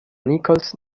nichols